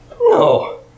No